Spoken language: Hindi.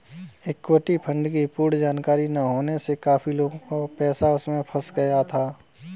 इक्विटी फंड की पूर्ण जानकारी ना होने से काफी लोगों का पैसा उसमें फंस गया था